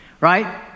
right